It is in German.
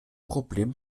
problem